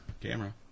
camera